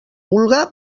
vulga